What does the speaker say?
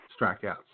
strikeouts